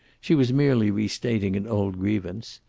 she was merely restating an old grievance.